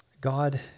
God